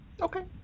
Okay